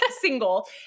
single